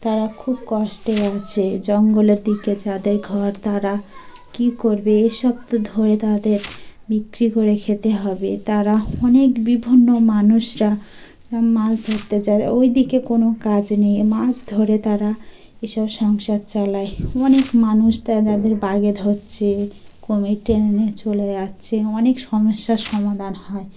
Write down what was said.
তারা খুব কষ্টে আছে জঙ্গলের দিকে যাদের ঘর তারা কী করবে এসব তো ধরে তাদের বিক্রি করে খেতে হবে তারা অনেক বিভিন্ন মানুষরা মাছ ধরতে চায় ওই দিকে কোনো কাজ নেই মাছ ধরে তারা এসব সংসার চালায় অনেক মানুষ তা যাদের বাঘে ধরছে কুমির টেনে নিয়ে চলে যাচ্ছে অনেক সমস্যার সমাধান হয়